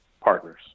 partners